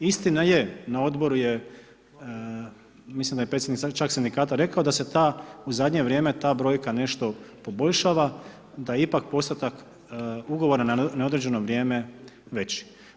Istina je, na odboru je, mislim da je čak predsjednik sindikata rekao da se u zadnje vrijeme ta brojka nešto poboljšava, da ipak je postotak ugovora na neodređeno vrijeme veći.